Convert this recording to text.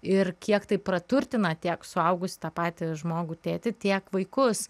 ir kiek tai praturtina tiek suaugusį tą patį žmogų tėtį tiek vaikus